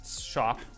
Shop